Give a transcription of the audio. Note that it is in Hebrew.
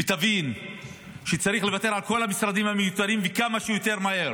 ותבין שצריך לוותר על כל המשרדים המיותרים וכמה שיותר מהר,